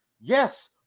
Yes